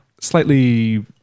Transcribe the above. slightly